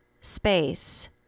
space